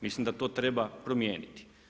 Mislim da to treba promijeniti.